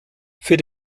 für